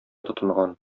тотынган